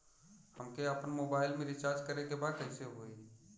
हमके आपन मोबाइल मे रिचार्ज करे के बा कैसे होई?